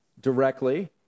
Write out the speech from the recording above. directly